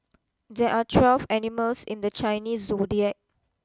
there are twelve animals in the Chinese zodiac